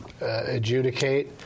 adjudicate